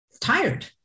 tired